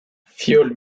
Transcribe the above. fiole